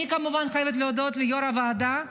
אני כמובן חייבת להודות ליו"ר הוועדה,